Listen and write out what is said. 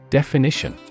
definition